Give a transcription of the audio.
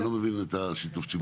אני לא מבין את השיתוף ציבור.